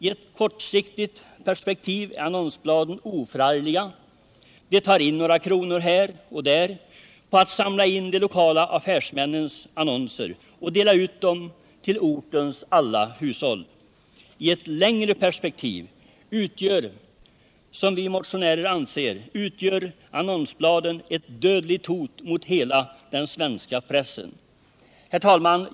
I ett kortsiktigt perspektiv är annonsbladen oförargliga. De tar in några kronor här och där på att samla in de lokala affärsmännens annonser och dela ut dem till ortens alla hushåll. I ett längre perspektiv utgör annonsbladen, anser vi motionärer, ett dödligt hot mot hela den svenska pressen. Herr talman!